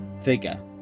figure